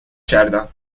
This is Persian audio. کرد